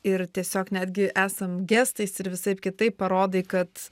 ir tiesiog netgi esam gestais ir visaip kitaip parodai kad